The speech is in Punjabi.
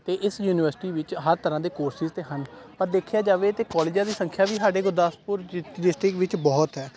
ਅਤੇ ਇਸ ਯੂਨੀਵਰਸਿਟੀ ਵਿੱਚ ਹਰ ਤਰ੍ਹਾਂ ਦੇ ਕੋਰਸਿਸ ਤੇ ਹਨ ਪਰ ਦੇਖਿਆ ਜਾਵੇ ਤਾਂ ਕੋਲਜਾਂ ਦੀ ਸੰਖਿਆ ਵੀ ਸਾਡੇ ਗੁਰਦਾਸਪੁਰ ਡਿ ਡਿਸਟ੍ਰਿਕ ਵਿੱਚ ਬਹੁਤ ਹੈ